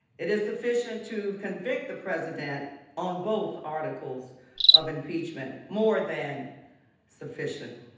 it is sufficient to convict the president on both articles of impeachment. more than sufficient.